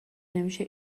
نمیشه